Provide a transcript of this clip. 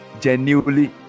genuinely